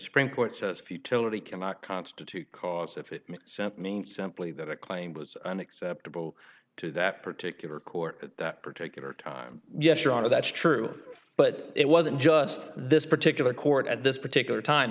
supreme court says futility cannot constitute cause if it means simply that a claim was unacceptable to that particular court at that particular time yes your honor that's true but it wasn't just this particular court at this particular time